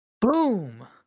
Boom